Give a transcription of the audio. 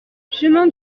chemin